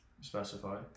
specify